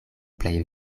plej